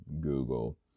google